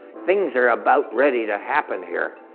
things are about ready to happen here.